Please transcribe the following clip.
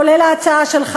כולל ההצעה שלך,